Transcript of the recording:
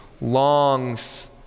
longs